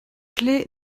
clé